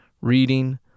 reading